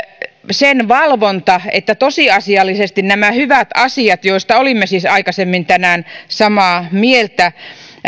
sen valvonnasta että tosiasiallisesti nämä hyvät asiat joista olimme siis aikaisemmin tänään samaa mieltä